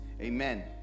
Amen